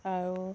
আৰু